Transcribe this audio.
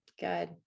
good